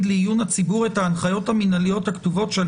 לעיון הציבור את ההנחיות המנהליות הכתובות שעל